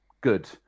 good